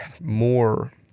more